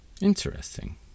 Interesting